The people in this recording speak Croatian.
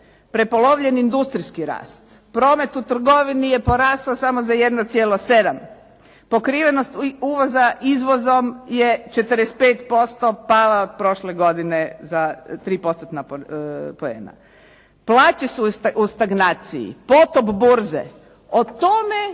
prepolovljen industrijski rast, promet u trgovini je porastao samo za 1,7, pokrivenost uvoza izvozom je 45% pala od prošle godine za 3%-tna poena, plaće su u stagnaciji, potop burze. O tome